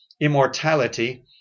immortality